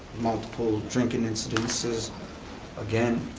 multiple drinking incidences again.